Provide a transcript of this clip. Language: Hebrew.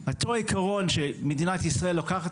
על אותו עקרון שמדינת ישראל לוקחת